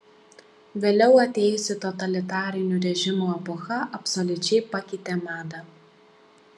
vėliau atėjusi totalitarinių režimų epocha absoliučiai pakeitė madą